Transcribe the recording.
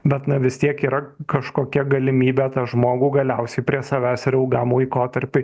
bet na vis tiek yra kažkokia galimybė tą žmogų galiausiai prie savęs ir ilgam laikotarpiui